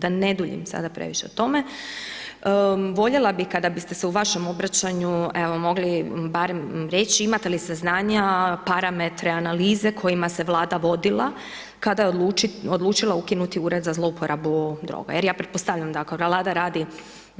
Da ne duljim, sada previše o tome, voljela bi kada biste se u vašem obraćanju, evo mogli barem reći, imate li saznanja, parametre, analize, kojima se vlada vodila, kada je odlučila ukinuti Ured za zlouporabu droga, jer ja pretpostavljam, da kada vlada radi